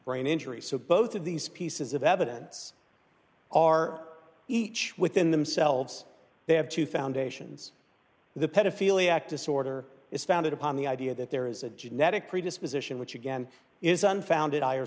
brain injury so both of these pieces of evidence are each within themselves they have to foundations the pedophiliac disorder is founded upon the idea that there is a genetic predisposition which again is unfounded i or